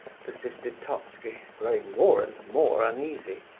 persisted totski, growing more and more uneasy.